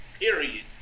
period